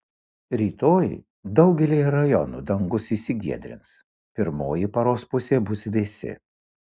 rytoj daugelyje rajonų dangus išsigiedrins pirmoji paros pusė bus vėsi